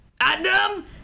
adam